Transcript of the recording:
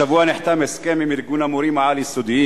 השבוע נחתם הסכם עם ארגון המורים העל-יסודיים,